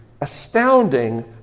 astounding